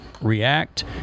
react